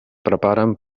preparen